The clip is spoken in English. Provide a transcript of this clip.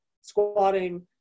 squatting